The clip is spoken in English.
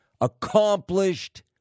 accomplished